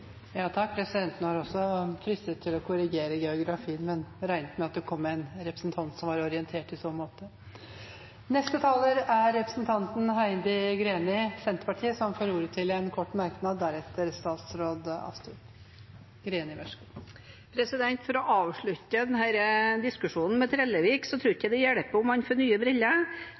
også fristet til å korrigere geografien, men regnet med at det kom en representant som var orientert i så måte. Representanten Heidi Greni har hatt ordet to ganger tidligere og får ordet til en kort merknad, begrenset til 1 minutt. For å avslutte denne diskusjonen med Trellevik: Jeg tror ikke det hjelper om han får nye briller,